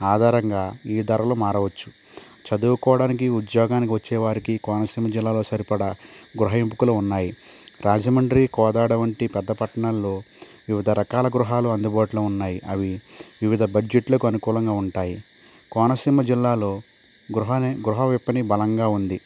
ఆధారంగా ఈ ధరలు మారవచ్చు చదువుకోడానికి ఉద్యోగానికి వచ్చే వారికి కోనసీమ జిల్లాలో సరిపడ గృహ ఎంపికలు ఉన్నాయి రాజమండ్రి కోదాడ వంటి పెద్ద పట్టణాలలో వివిధ రకాల గృహాలు అందుబాటులో ఉన్నాయి అవి వివిధ బడ్జెట్లకు అనుకూలంగా ఉంటాయి కోనసీమ జిల్లాలో గృహ గృహ విప్పణి బలంగా ఉంది